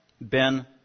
Ben